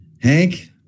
Hank